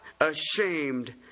ashamed